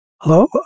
hello